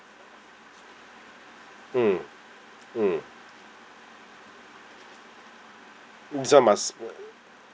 mm mm this [one] must